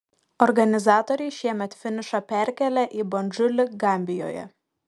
organizatoriai šiemet finišą perkėlė į bandžulį gambijoje